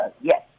yes